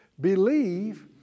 Believe